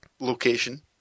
location